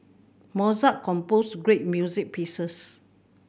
Mozart composed great music pieces